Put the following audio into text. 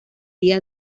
día